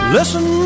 Listen